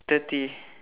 thirty